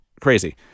crazy